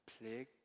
plague